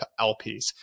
LPs